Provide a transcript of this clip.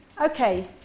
Okay